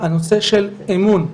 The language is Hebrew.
הנושא של אמון,